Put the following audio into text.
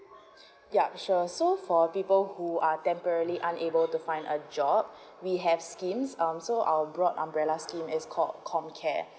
yup sure so for people who are temporary unable to find a job we have schemes um so our broad umbrella scheme is called comcare